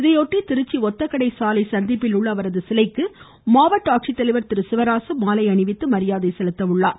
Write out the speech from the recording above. இதையொட்டி திருச்சி ஒத்தக்கடை சாலை சந்திப்பில் உள்ள அவரது சிலைக்கு மாவட்ட ஆட்சித்தலைவர் திரு சிவராசு மாலை அணிவித்து மரியாதை செலுத்த உள்ளார்